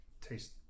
taste